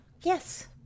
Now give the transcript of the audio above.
yes